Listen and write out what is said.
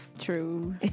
True